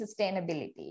sustainability